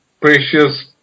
precious